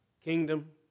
kingdom